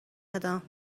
ندم